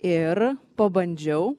ir pabandžiau